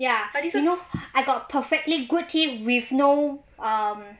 ya you know I got perfectly good teeth with no um